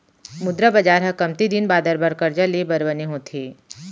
मुद्रा बजार ह कमती दिन बादर बर करजा ले बर बने होथे